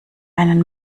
einen